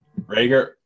Rager